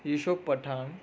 Yusuf Pathan